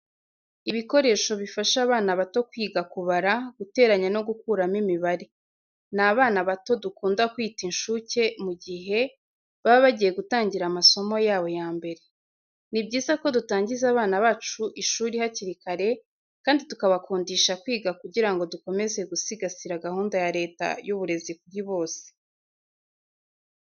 Ibikoresho bifasha abana bato kwiga kubara, guteranya no gukuramo imibare. Ni abana bato dukunda kwita incuke mu gihe baba bagiye gutangira amasomo yabo ya mbere. Ni byiza ko dutangiza abana bacu ishuri hakiri kare kandi tukabakundisha kwiga kugirango dukomeze gusigasira gahunda ya Leta y'uburezi kuri bose.